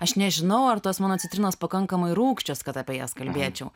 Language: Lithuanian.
aš nežinau ar tos mano citrinos pakankamai rūgščios kad apie jas kalbėčiau